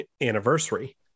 anniversary